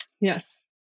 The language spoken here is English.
yes